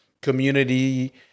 community